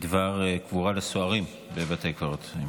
בדבר קבורה לסוהרים בבתי קברות.